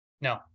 No